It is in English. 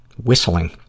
Whistling